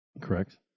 correct